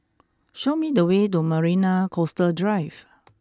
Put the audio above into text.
show me the way to Marina Coastal Drive